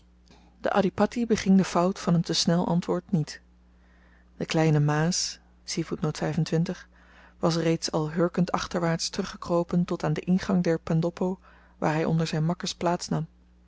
de adhipatti beging de fout van een te snel antwoord niet de kleine maas was reeds al hurkend achterwaarts teruggekropen tot aan den ingang der pendoppo waar hy onder zyn makkers plaats nam